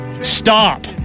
Stop